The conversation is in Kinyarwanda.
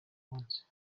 munsi